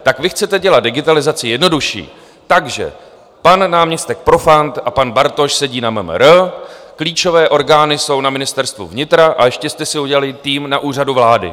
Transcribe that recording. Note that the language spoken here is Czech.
Tak vy chcete dělat digitalizaci jednodušší takže pan náměstek Profant a pan Bartoš sedí na MMR, klíčové orgány jsou na Ministerstvu vnitra, a ještě jste si udělali tým na Úřadu vlády.